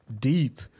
deep